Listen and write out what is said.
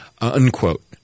unquote